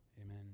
Amen